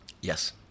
Yes